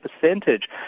percentage